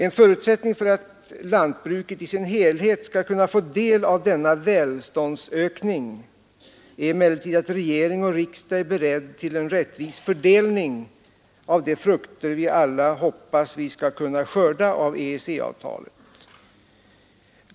En förutsättning för att lantbruket i sin helhet skall kunna få del av denna välståndsökning är emellertid att regering och riksdag är beredda till en rättvis fördelning av de frukter vi alla hoppas att vi skall kunna skörda av EEC-avtalet.